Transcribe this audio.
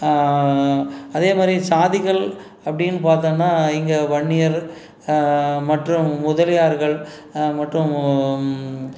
அதே மாதிரி சாதிகள் அப்படின்னு பார்த்தோம்னா இங்கே வன்னியர் மற்றும் முதலியார்கள் மற்றும்